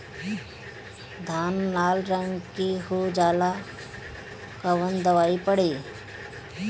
धान लाल रंग के हो जाता कवन दवाई पढ़े?